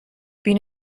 been